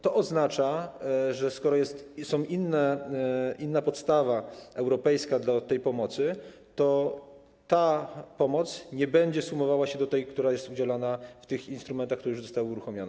To oznacza, że skoro jest inna podstawa europejska dla tej pomocy, to ta pomoc nie będzie sumowała się z tą, która jest udzielana w tych instrumentach, które już zostały uruchomione.